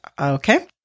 Okay